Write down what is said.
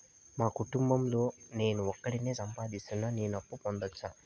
మా కుటుంబం లో నేను ఒకడినే సంపాదిస్తున్నా నేను అప్పు పొందొచ్చా